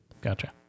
Gotcha